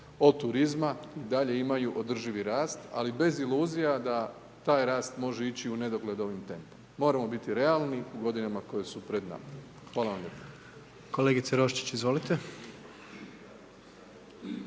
od turizma i dalje imaju održivi rast, ali bez iluzija da taj rast može ići u nedogled ovim tempom. Moramo biti realni u godinama koje su pred nama. Hvala vam lijepo.